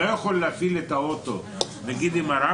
אתה לא יכול להפעיל את האוטו עם רמקול.